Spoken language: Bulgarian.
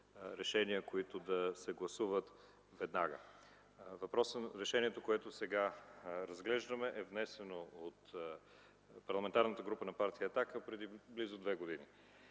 решения, които да се гласуват веднага. Решението, което сега разглеждаме, е внесено от Парламентарната група на Партия „Атака” преди близо две години.